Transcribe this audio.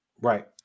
Right